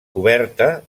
coberta